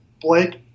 Blake